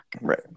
Right